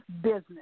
business